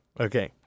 Okay